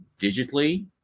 digitally